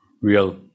real